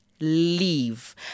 leave